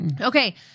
Okay